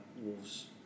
Wolves